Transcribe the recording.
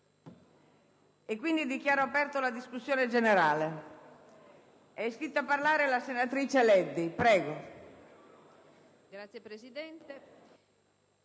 Dichiaro aperta la discussione generale. È iscritta a parlare la senatrice Leddi. Ne